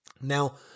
Now